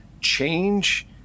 change